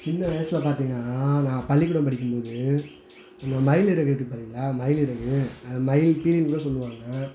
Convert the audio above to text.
சின்ன வயசில் பார்த்தீங்கன்னா நான் பள்ளிக்கூடம் படிக்கும்போது இந்த மயில் இறகு இருக்குது பார்த்தீங்களா மயில் இறகு அதை மயில் பீலினு கூட சொல்லுவாங்க